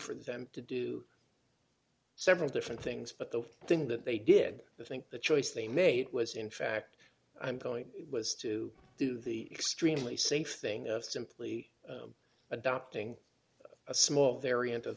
for them to do several different things but the thing that they did they think the choice they made was in fact i'm going it was to do the extremely safe thing of simply adopting a small variant